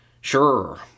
sure